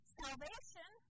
salvation